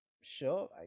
sure